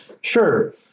Sure